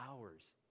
hours